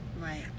Right